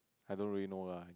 I don't really know why